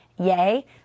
Yay